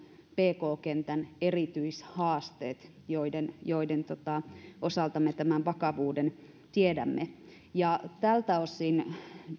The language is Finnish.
pk kentän erityishaasteet joiden joiden osalta me tämän vakavuuden tiedämme ja tältä osin